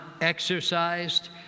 exercised